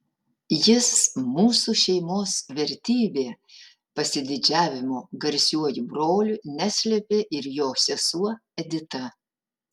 jis mūsų šeimos vertybė pasididžiavimo garsiuoju broliu neslėpė ir jo sesuo edita